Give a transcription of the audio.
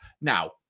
Now